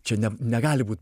čia ne negali būt